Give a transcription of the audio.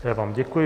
Já vám děkuji.